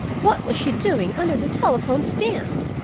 what was she doing under the telephone stand?